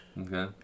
Okay